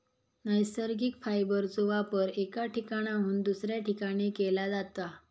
नैसर्गिक फायबरचो वापर एका ठिकाणाहून दुसऱ्या ठिकाणी केला जाता